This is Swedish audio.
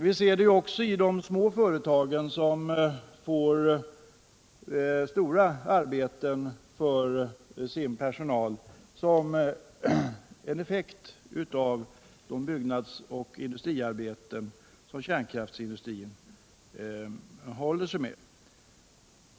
Vi ser det också i de små företagen som får stora arbeten för sin personal som en effekt av de byggnadsoch industriarbeten som kärnkraftsindustrin beställer.